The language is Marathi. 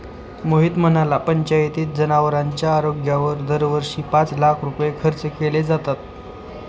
मोहित म्हणाला, पंचायतीत जनावरांच्या आरोग्यावर दरवर्षी पाच लाख रुपये खर्च केले जातात